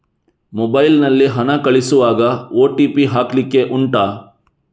mobile ನಲ್ಲಿ ಹಣ ಕಳಿಸುವಾಗ ಓ.ಟಿ.ಪಿ ಹಾಕ್ಲಿಕ್ಕೆ ಉಂಟಾ